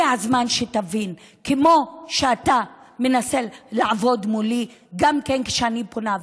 שתבין: כמו שאתה מנסה לעבוד מולי כשאני פונה,